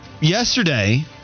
yesterday